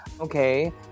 Okay